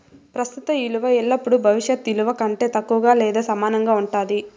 ప్రస్తుత ఇలువ ఎల్లపుడూ భవిష్యత్ ఇలువ కంటే తక్కువగా లేదా సమానంగా ఉండాది